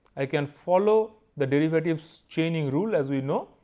i can follow the derivatives chain rule as we know,